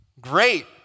Great